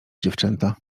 dziewczęta